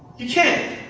you can.